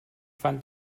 fand